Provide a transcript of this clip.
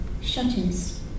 shutters